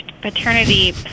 paternity